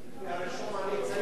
לפי הרישום אני צריך להיות חמישי,